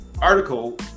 article